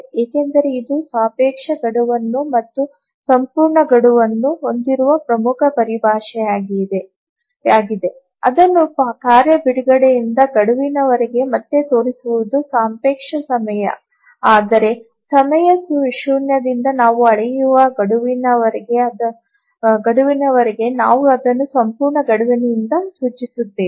ಏಕೆಂದರೆ ಇದು ಸಾಪೇಕ್ಷ ಗಡುವನ್ನು ಮತ್ತು ಸಂಪೂರ್ಣ ಗಡುವನ್ನು ಹೊಂದಿರುವ ಪ್ರಮುಖ ಪರಿಭಾಷೆಯಾಗಿದೆ ಅದನ್ನು ಕಾರ್ಯ ಬಿಡುಗಡೆಯಿಂದ ಗಡುವಿನವರೆಗೆ ಮತ್ತೆ ತೋರಿಸುವುದು ಸಾಪೇಕ್ಷ ಸಮಯ ಆದರೆ ಸಮಯ ಶೂನ್ಯದಿಂದ ನಾವು ಅಳೆಯುವ ಗಡುವಿನವರೆಗೆ ನಾವು ಅದನ್ನು ಸಂಪೂರ್ಣ ಗಡುವಿನಿಂದ ಸೂಚಿಸುತ್ತೇವೆ